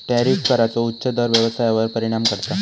tariff कराचो उच्च दर व्यवसायावर परिणाम करता